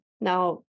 Now